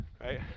right